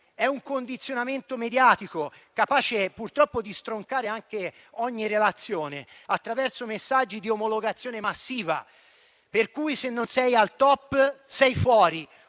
È un condizionamento mediatico, capace purtroppo di stroncare ogni relazione, attraverso messaggi di omologazione massiva, per cui, se non sei al top, sei fuori;